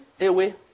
away